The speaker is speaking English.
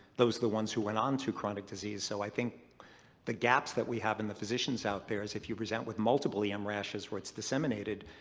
those are the ones who went on to chronic disease. so i think the gaps that we have in the physicians out there is if you present with multiple em rashes where it's disseminated,